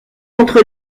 entre